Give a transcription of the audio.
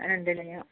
ரெண்டுலியும்